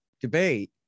debate